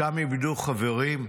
שם איבדו חברים,